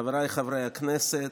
חבריי חברי הכנסת,